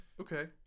Okay